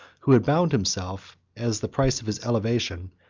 who had bound himself, as the price of his elevation,